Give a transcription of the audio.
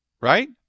right